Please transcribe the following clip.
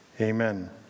amen